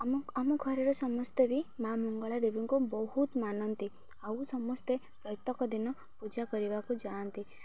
ଆମ ଆମ ଘରର ସମସ୍ତେ ବି ମା ମଙ୍ଗଳା ଦେବୀଙ୍କୁ ବହୁତ ମାନନ୍ତି ଆଉ ସମସ୍ତେ ପ୍ରତ୍ୟେକ ଦିନ ପୂଜା କରିବାକୁ ଯାଆନ୍ତି